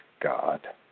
God